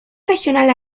regional